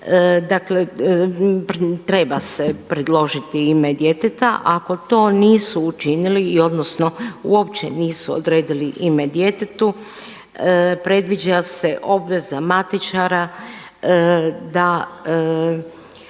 dakle treba se predložiti ime djeteta ako to nisu učinili odnosno uopće nisu odredili ime djetetu, predviđa se obveza matičara da